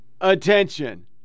attention